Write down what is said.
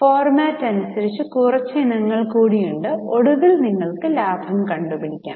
format അനുസരിച്ച് കുറച്ച് ഇനങ്ങൾ കൂടി ഉണ്ട് ഒടുവിൽ നിങ്ങൾക്ക് ലാഭം കണ്ടു പിടിക്കാം